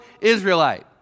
Israelite